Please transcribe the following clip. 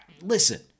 listen